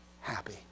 happy